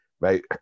right